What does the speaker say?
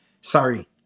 Sorry